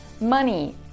money